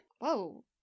Whoa